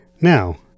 Now